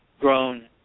grown